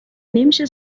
نمیشه